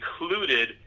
included